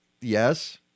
yes